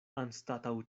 anstataŭ